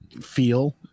feel